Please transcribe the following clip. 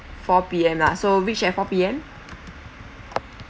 four P_M lah so reach at four P_M